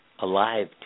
alive